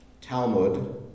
Talmud